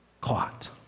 caught